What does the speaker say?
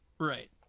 Right